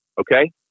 Okay